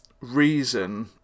reason